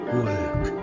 Work